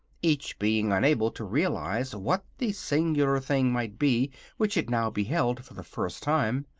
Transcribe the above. each being unable to realize what the singular thing might be which it now beheld for the first time.